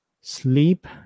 sleep